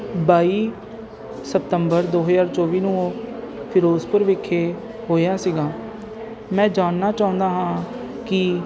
ਬਾਈ ਸਤੰਬਰ ਦੋ ਹਜ਼ਾਰ ਚੌਵੀ ਨੂੰ ਫਿਰੋਜ਼ਪੁਰ ਵਿਖੇ ਹੋਇਆ ਸੀਗਾ ਮੈਂ ਜਾਣਨਾ ਚਾਹੁੰਦਾ ਹਾਂ ਕਿ